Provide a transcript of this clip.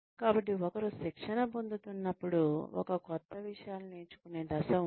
కాబట్టి ఒకరు శిక్షణ పొందుతున్నప్పుడు ఒక కొత్త విషయాలు నేర్చుకునే దశ ఉంది